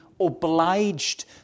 obliged